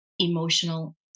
emotional